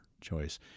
choice